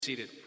Seated